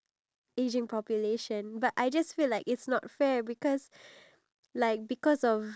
the younger at the end of the day the younger is the ones that contribute back to society